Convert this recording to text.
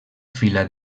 fila